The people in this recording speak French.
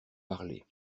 parler